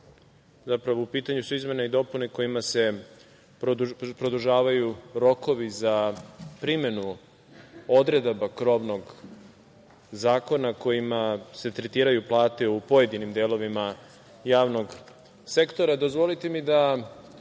zapravo u pitanju izmene i dopune kojima se produžavaju rokovi za primenu odredaba krovnog zakona kojima se tretiraju plate u pojedinim delovima javnog